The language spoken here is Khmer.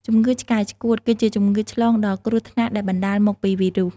ជំងឺឆ្កែឆ្កួត គឺជាជំងឺឆ្លងដ៏គ្រោះថ្នាក់ដែលបណ្តាលមកពីវីរុស។